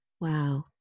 wow